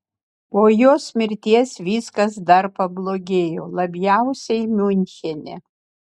po jos mirties viskas dar pablogėjo labiausiai miunchene